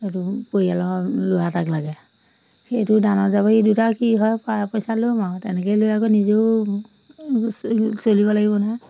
সেইটো পৰিয়ালৰ ল'ৰা এটাক লাগে সেইটো দানত যাব ইদুটা কি হয় পা পইচা ল'ম আৰু তেনেকেই লৈ আকৌ নিজেও চলিব লাগিব নহয়